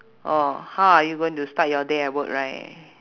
oh how are you going to start your day at work right